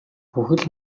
бүхэл